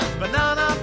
banana